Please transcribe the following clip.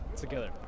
together